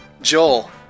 Joel